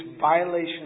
violation